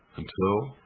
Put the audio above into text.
until,